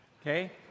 okay